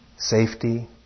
safety